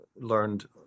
learned